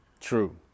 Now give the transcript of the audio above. True